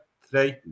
three